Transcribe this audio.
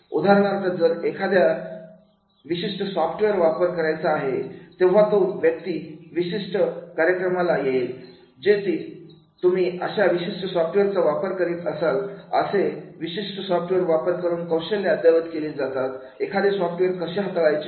उदाहरणार्थ जर एखाद्याला विशिष्ट सॉफ्टवेअर वापर करायचा आहे तेव्हा तो व्यक्ती प्रशिक्षण कार्यक्रमाला येईल ज्योती तुम्ही अशा विशिष्ट सॉफ्टवेअरचा वापर करीत असत आणि असे विशिष्ट सॉफ्टवेअर वापर करून कौशल्य अद्ययावत केली जातात एखादे सॉफ्टवेअर कसे हाताळायचे